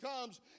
comes